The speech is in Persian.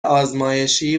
آزمایشی